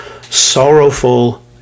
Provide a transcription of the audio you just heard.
sorrowful